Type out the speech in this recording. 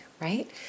right